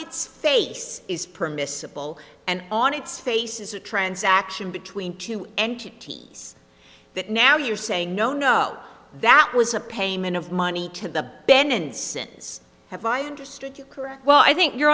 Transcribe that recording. its face is permissible and on its face is a transaction between two entities that now you're saying no no that was a payment of money to the bands have i understood you well i think you